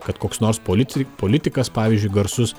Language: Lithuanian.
kad koks nors polici politikas pavyzdžiui garsus